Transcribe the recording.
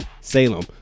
salem